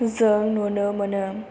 जों नुनो मोनो